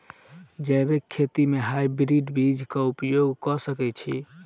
जैविक खेती म हायब्रिडस बीज कऽ उपयोग कऽ सकैय छी?